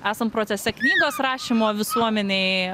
esam procese knygos rašymo visuomenei